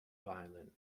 violin